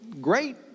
great